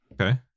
Okay